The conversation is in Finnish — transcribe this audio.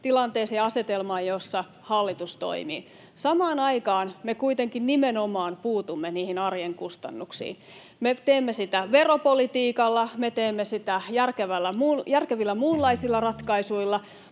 tilanteeseen ja asetelmaan, jossa hallitus toimii. Samaan aikaan me kuitenkin nimenomaan puutumme niihin arjen kustannuksiin. [Li Andersson: Nostatte niitä!] Me teemme sitä veropolitiikalla, me teemme sitä järkevillä muunlaisilla ratkaisuilla,